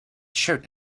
shirt